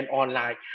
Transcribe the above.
online